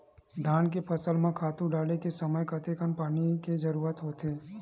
धान के फसल म खातु डाले के समय कतेकन पानी के जरूरत होथे?